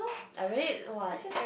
I really !wah!